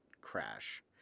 crash